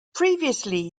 previously